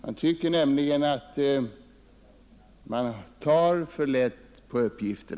Man tycker nämligen att vi tar för lätt på uppgifterna.